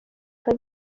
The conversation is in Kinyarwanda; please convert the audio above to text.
nka